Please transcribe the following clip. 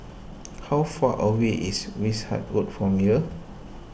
how far away is Wishart Road from here